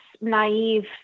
naive